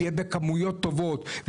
ושיהיו בכמויות טובות,